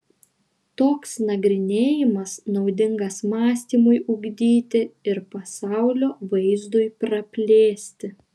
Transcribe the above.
toks nagrinėjimas naudingas mąstymui ugdyti ir pasaulio vaizdui praplėsti